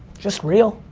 just real.